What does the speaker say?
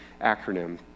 acronym